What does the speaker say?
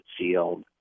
sealed